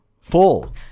full